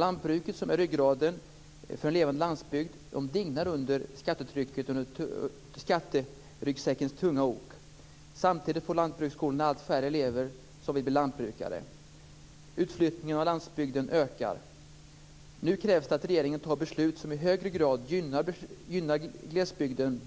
Lantbruket, ryggraden för en levande landsbygd, dignar under skatteryggsäckens tunga ok. Samtidigt får lantbruksskolorna allt färre elever som vill bli lantbrukare. Utflyttningen från landsbygden ökar. Nu krävs att regeringen fattar beslut som i högre grad gynnar glesbygden,